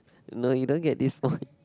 no you don't get this point